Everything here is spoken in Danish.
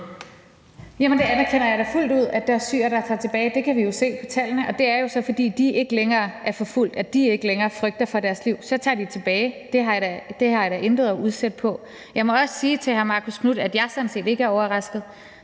Jeg anerkender da fuldt ud, at der er syrere, der tager tilbage. Det kan vi jo se på tallene, og det er jo så, fordi de ikke længere er forfulgt. Når de ikke længere frygter for deres liv, tager de tilbage. Det har jeg da intet at udsætte på. Jeg må også sige til hr. Marcus Knuth, at jeg sådan set ikke er overrasket.